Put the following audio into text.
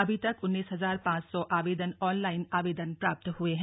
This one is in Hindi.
अभी तक उन्नीस हज़ार पांच सौ आवेदन ऑनलाइन आवेदन प्राप्त हुए हैं